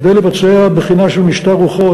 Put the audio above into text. כדי לבצע בחינה של משטר רוחות,